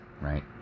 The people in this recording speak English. Right